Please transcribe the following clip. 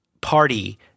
party